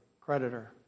creditor